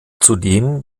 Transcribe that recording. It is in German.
zudem